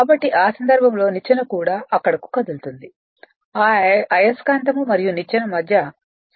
కాబట్టి ఆ సందర్భంలో నిచ్చెన కూడా అక్కడకు కదులుతుంది ఆ అయస్కాంతం మరియు నిచ్చెన మధ్య సాపేక్ష వేగం ఉంటుంది